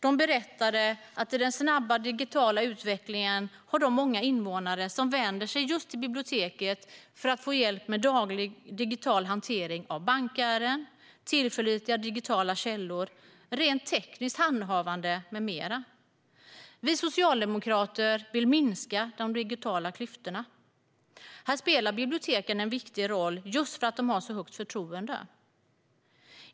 De berättade att i den snabba digitala utvecklingen är det många invånare som vänder sig till biblioteket för att få hjälp med daglig digital hantering av bankärenden, tillförlitliga digitala källor, rent tekniskt handhavande med mera. Vi socialdemokrater vill minska de digitala klyftorna. Här spelar biblioteken en viktig roll, just för att de har så högt förtroende.